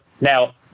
Now